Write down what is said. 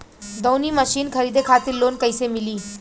दऊनी मशीन खरीदे खातिर लोन कइसे मिली?